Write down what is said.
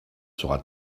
sera